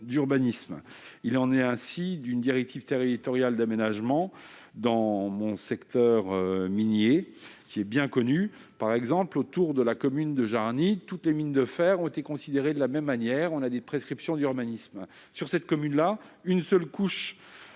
Il en est ainsi d'une directive territoriale d'aménagement dans mon secteur minier, qui est bien connu : autour de la commune de Jarny, toutes les mines de fer ont été considérées de la même manière pour élaborer les prescriptions d'urbanisme. Pourtant, alors que,